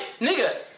nigga